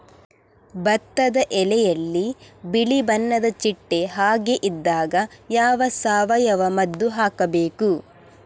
ಭತ್ತದ ಎಲೆಯಲ್ಲಿ ಬಿಳಿ ಬಣ್ಣದ ಚಿಟ್ಟೆ ಹಾಗೆ ಇದ್ದಾಗ ಯಾವ ಸಾವಯವ ಮದ್ದು ಹಾಕಬೇಕು?